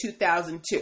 2002